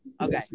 Okay